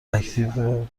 اکتیو